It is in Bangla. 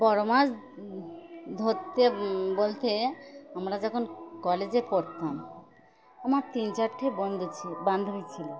বড় মাছ ধরতে বলতে আমরা যখন কলেজে পড়তাম আমার তিন চারটে বন্ধু ছিল বান্ধবী ছিল